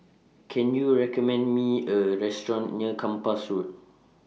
Can YOU recommend Me A Restaurant near Kempas Road